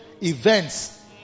events